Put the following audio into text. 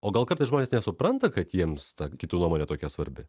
o gal kartais žmonės nesupranta kad jiems ta kitų nuomonė tokia svarbi